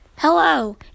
Hello